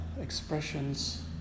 expressions